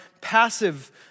passive